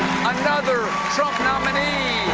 another trump nominee